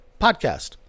podcast